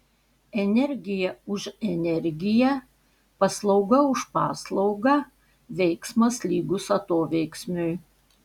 energija už energiją paslauga už paslaugą veiksmas lygus atoveiksmiui